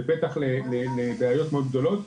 זה פתח לבעיות מאוד גדולות,